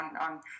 on